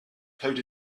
coded